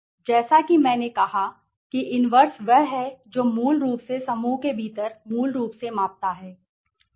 जैसा कि मैंने कहा कि इनवर्सवह है जो मूल रूप से समूह के भीतर मूल रूप से मापता है